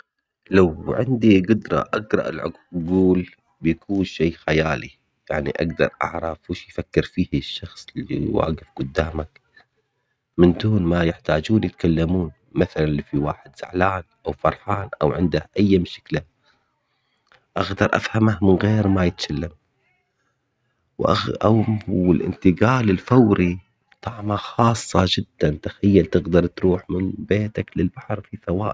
لو عندي قدرة اقرأ العقول بيكون شي خيالي يعني اقدر اعرف وش يفكر فيه الشخص اللي واقف قدامك من دون ما يحتاجون يتكلمون مثلا اللي في واحد زعلان او فرحان او عنده اي مشكلة اقدر افهمه من غير ما والانتجاع الفوري طعمه خاصة جدا تخيل تقدر تروح من بيتك للبحر في سواء